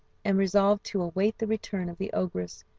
and resolved to await the return of the ogress,